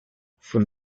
from